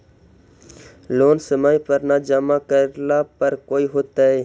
Loan समय पर न जमा करला पर का होतइ?